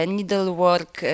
Needlework